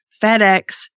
FedEx